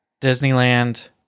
Disneyland